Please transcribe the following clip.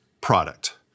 product